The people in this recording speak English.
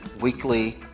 weekly